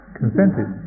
consented